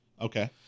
Okay